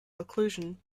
occlusion